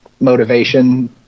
motivation